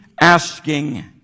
asking